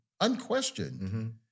unquestioned